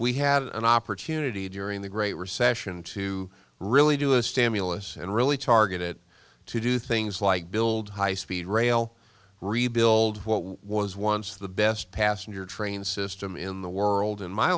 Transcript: we had an opportunity during the great recession to really do a stand realists and really target it to do things like build high speed rail rebuild what was once the best passenger train system in the world in my